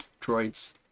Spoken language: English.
droids